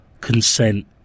consent